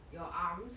your arms